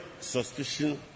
suspicion